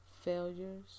failures